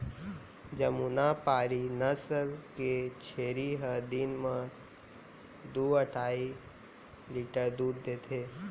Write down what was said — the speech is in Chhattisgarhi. जमुनापारी नसल के छेरी ह दिन म दू अढ़ाई लीटर दूद देथे